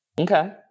Okay